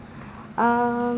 um